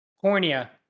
cornea